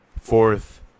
fourth